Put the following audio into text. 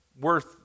worth